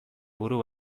buru